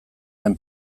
den